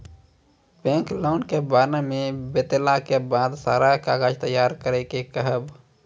Bank loan के बारे मे बतेला के बाद सारा कागज तैयार करे के कहब?